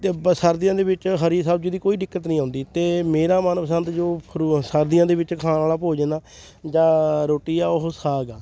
ਸਰਦੀਆਂ ਦੇ ਵਿੱਚ ਹਰੀ ਸਬਜ਼ੀ ਦੀ ਕੋਈ ਦਿੱਕਤ ਨਹੀਂ ਆਉਂਦੀ ਅਤੇ ਮੇਰਾ ਮਨਪਸੰਦ ਜੋ ਸਰਦੀਆਂ ਦੇ ਵਿੱਚ ਖਾਣ ਵਾਲਾ ਭੋਜਨ ਆ ਜਾਂ ਰੋਟੀ ਆ ਉਹ ਸਾਗ ਆ